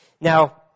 Now